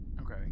Okay